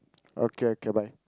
okay okay bye